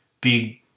big